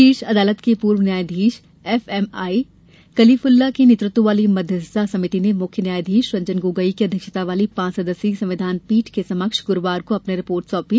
शीर्ष अदालत के पूर्व न्यायाधीश एफ एम आई कलीफूल्ला के नेतृत्व वाली मध्यस्थता समिति ने मुख्य न्यायाधीश रंजन गोगोई की अध्यक्षता वाली पांच सदस्यीय संविधान पीठ के समक्ष गुरुवार को अपनी रिपोर्ट सौंपी